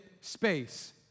space